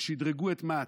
ושדרגו את מה"ט.